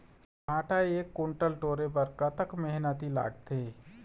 भांटा एक कुन्टल टोरे बर कतका मेहनती लागथे?